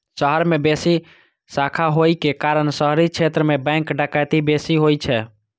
शहर मे बेसी शाखा होइ के कारण शहरी क्षेत्र मे बैंक डकैती बेसी होइ छै